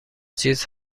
چیز